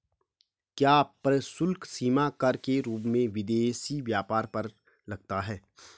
क्या प्रशुल्क सीमा कर के रूप में विदेशी व्यापार पर लगता है?